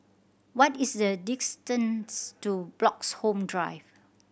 what is the distance to Bloxhome Drive